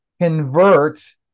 convert